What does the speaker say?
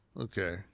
Okay